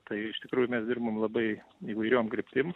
tai iš tikrųjų mes dirbom labai įvairiom kryptim